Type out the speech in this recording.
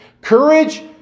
Courage